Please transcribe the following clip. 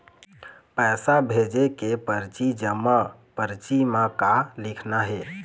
पैसा भेजे के परची जमा परची म का लिखना हे?